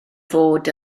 fod